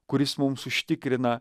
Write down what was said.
kuris mums užtikrina